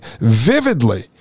vividly